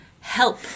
Help